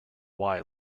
why